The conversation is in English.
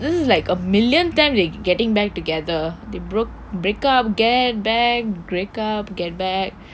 is like a million time they getting back together they broke break up get back break up get back